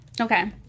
okay